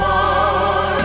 oh